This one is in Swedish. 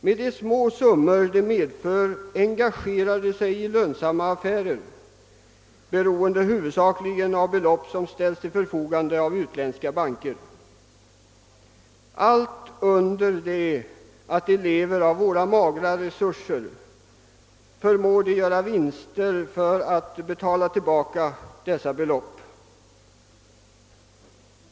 Med de små summor de medför engagerar de sig i lönsamma affärer, beroende huvudsakligen av belopp som ställs till förfogande av utländska banker. Allt under det att de lever av våra magra resurser förmår de göra vinster för att betala tillbaka dessa belopp.